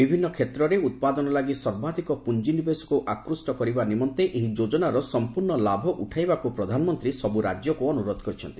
ବିଭିନ୍ନ କ୍ଷେତ୍ରରେ ଉତ୍ପାଦନ ଲାଗି ସର୍ବାଧିକ ପୁଞ୍ଜିନିବେଶକୁ ଆକୃଷ୍ଟ କରିବା ନିମନ୍ତେ ଏହି ଯୋଜନାର ସମ୍ପର୍ଣ୍ଣ ଲାଭ ଉଠାଇବାକୃ ପ୍ରଧାନମନ୍ତ୍ରୀ ସବୁ ରାଜ୍ୟକୁ ଅନୁରୋଧ କରିଛନ୍ତି